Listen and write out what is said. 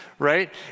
right